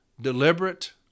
deliberate